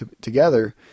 together